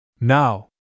Now